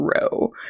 Row